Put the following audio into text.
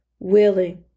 willing